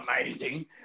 amazing